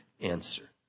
answer